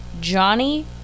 Johnny